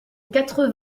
quatre